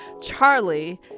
Charlie